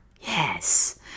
Yes